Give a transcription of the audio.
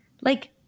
Like-